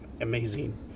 amazing